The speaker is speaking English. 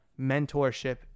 mentorship